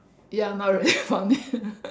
ya my red font